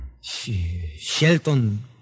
Shelton